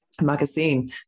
magazine